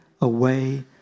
away